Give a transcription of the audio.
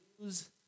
news